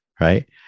right